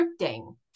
scripting